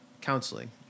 counseling